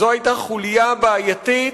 זאת היתה חוליה בעייתית,